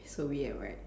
so weird right